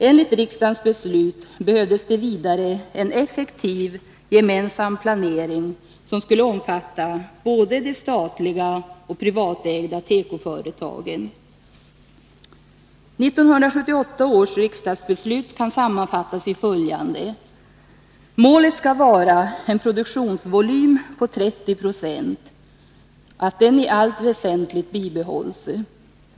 Enligt riksdagens beslut behövdes det vidare en effektiv gemensam planering, som skulle omfatta både de statliga och de privatägda tekoföretagen. 1978 års riksdagsbeslut kan sammanfattas på följande sätt: Målet skall vara att en produktionsvolym på 30 96 i allt väsentligt bibehålls.